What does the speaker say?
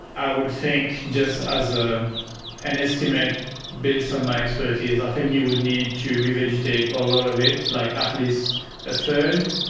i would think just as ah an estimate based on my expertise, i think you would need to revegetate a lot of it, like at least a third,